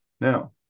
Now